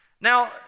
Now